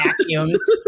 vacuums